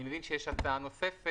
אני מבין שיש הצעה נוספת